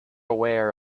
aware